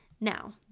Now